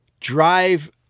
drive